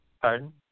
Pardon